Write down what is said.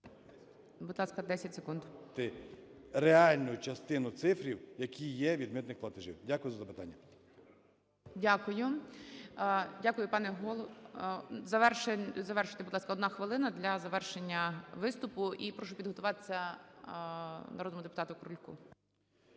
Дякую за запитання.